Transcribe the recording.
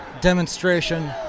demonstration